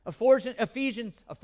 Ephesians